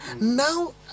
Now